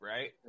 right